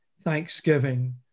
thanksgiving